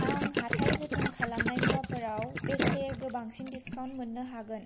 आं हाथाय जोथोन खालामनाय मुवाफोराव बेसे गोबांसिन डिस्काउन्ट मोननो हागोन